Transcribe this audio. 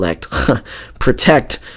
protect